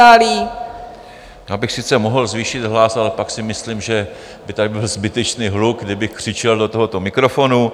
Já bych sice mohl zvýšit hlas, ale pak si myslím, že by tady byl zbytečný hluk, kdybych křičel do tohoto mikrofonu.